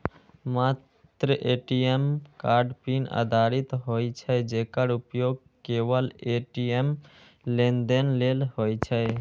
मात्र ATM card PIN आधारित होइ छै, जेकर उपयोग केवल ए.टी.एम लेनदेन लेल होइ छै